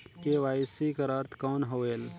KYC कर अर्थ कौन होएल?